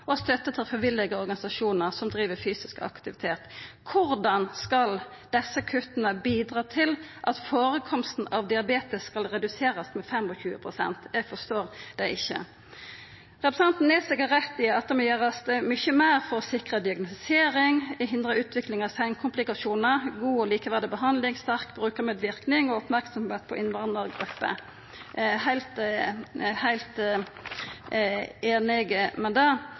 organisasjonar som driv med fysisk aktivitet? Korleis skal desse kutta bidra til at førekomsten av diabetes skal reduserast med 25 pst.? Eg forstår det ikkje. Representanten Nesvik har rett i at det må gjerast mykje meir for å sikra diagnostisering, hindra utvikling av seinkomplikasjonar, sikra god og likeverdig behandling, sterk brukarmedverknad og merksemd på innvandrargrupper. Eg er heilt einig i det,